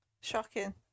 shocking